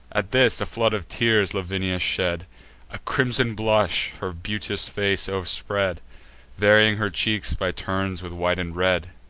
at this, a flood of tears lavinia shed a crimson blush her beauteous face o'erspread, varying her cheeks by turns with white and red.